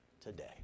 today